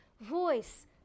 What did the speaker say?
Voice